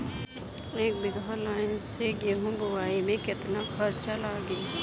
एक बीगहा लाईन से गेहूं बोआई में केतना खर्चा लागी?